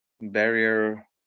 barrier